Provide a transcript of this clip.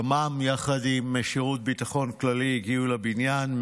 ימ"מ יחד עם שירות ביטחון כללי הגיעו לבניין.